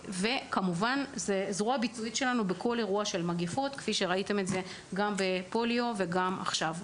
כמובן שזו זרוע ביצועית שלנו גם במגיפות כפי שראינו בפוליו ובשעלת.